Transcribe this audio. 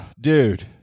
dude